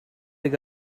they